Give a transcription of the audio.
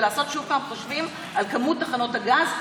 ולעשות שוב חושבים על מספר תחנות הגז,